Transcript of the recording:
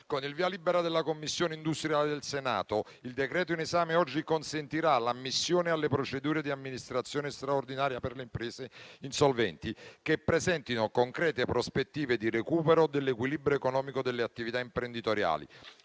Con il via libera della Commissione industria del Senato, il decreto in esame oggi consentirà l'ammissione alle procedure di amministrazione straordinaria per le imprese insolventi che presentino concrete prospettive di recupero dell'equilibrio economico delle attività imprenditoriali,